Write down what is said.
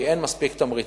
כין אין מספיק תמריצים,